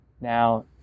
Now